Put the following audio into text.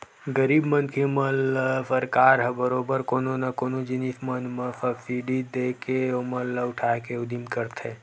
गरीब मनखे मन ल सरकार ह बरोबर कोनो न कोनो जिनिस मन म सब्सिडी देके ओमन ल उठाय के उदिम करथे